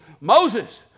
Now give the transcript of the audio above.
Moses